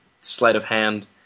sleight-of-hand